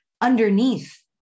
underneath